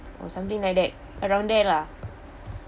or something like that around there lah